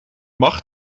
mag